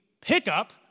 Pickup